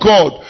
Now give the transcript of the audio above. God